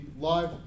live